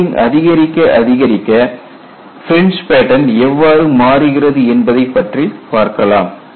loading அதிகரிக்க அதிகரிக்க fringe pattern எவ்வாறு மாறுகிறது என்பதை பற்றி பார்க்கலாம்